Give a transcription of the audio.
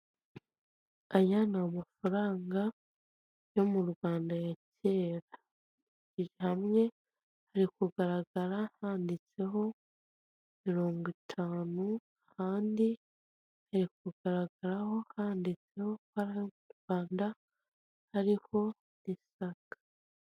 Aya n’ amafaranga yo mu Rwanda ya kera irihamye hari kugaragara handitse ho mirogwitanu kandi rikugaragaraho handitse ho ko arayo mu Rwanda ariho isaka.